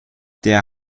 der